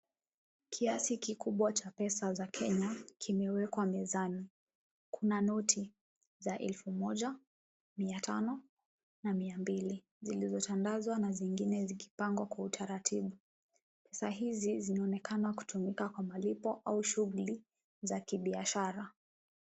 Kiasi kikubwa cha pesa za Kenya kimewekwa mezani. Kuna noti za elfu moja, mia tano na mia mbili zilizotangazwa na zingine zikipangwa kwa utaratibu. Pesa hizi zinaonekana kutumika kwa malipo au shughuli za kibiashara.